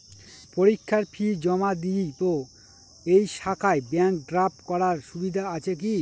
পরীক্ষার ফি জমা দিব এই শাখায় ব্যাংক ড্রাফট করার সুবিধা আছে কি?